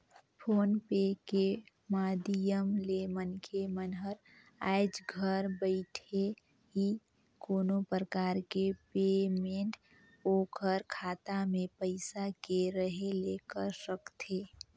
phone पे के माधियम ले मनखे मन हर आयज घर बइठे ही कोनो परकार के पेमेंट ओखर खाता मे पइसा के रहें ले कर सकथे